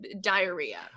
diarrhea